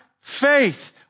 faith